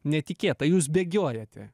netikėta jūs bėgiojate